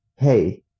hey